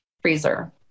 freezer